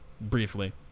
Briefly